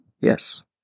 yes